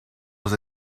was